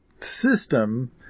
system